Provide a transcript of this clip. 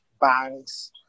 banks